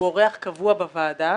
הוא אורח קבוע בוועדה.